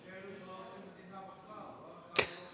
יש כאלה שלא רוצים מדינה בכלל, לא אחת ולא